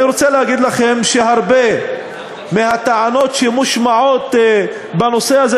אני רוצה להגיד לכם שהרבה מהטענות שמושמעות בנושא הזה